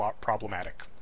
problematic